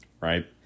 right